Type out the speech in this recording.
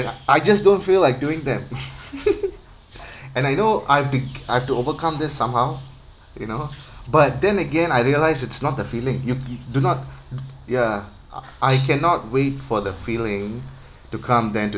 I just don't feel like doing them and I know I've t~ I've to overcome this somehow you know but then again I realise it's not the feeling you do not ya I I cannot wait for the feeling to come then to